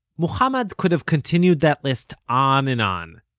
mohammad could have continued that list on and on.